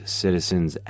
citizens